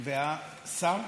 שר?